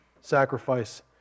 sacrifice